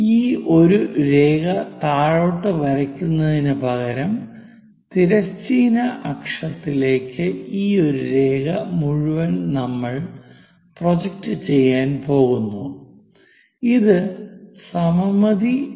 ഈ ഒരു രേഖ താഴോട്ട് വരയ്ക്കുന്നതിനു പകരം തിരശ്ചീന അക്ഷത്തിലേക്ക് ഈ ഒരു രേഖ മുഴുവൻ നമ്മൾ പ്രൊജക്റ്റ് ചെയ്യാൻ പോകുന്നു ഇത് സമമിതി പോലെയാണ്